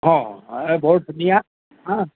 অঁ বৰ ধুনীয়া হা